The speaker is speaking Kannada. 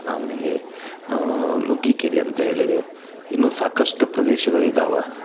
ಆಮೇಲೆ ನುಗ್ಗಿಕೇರಿ ಅಂತ ಹೇಳಿದೆ ಇನ್ನೂ ಸಾಕಷ್ಟು ಪ್ರದೇಶಗಳು ಇದಾವೆ